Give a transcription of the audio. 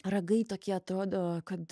ragai tokie atrodo kad